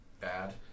Bad